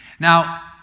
Now